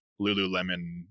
Lululemon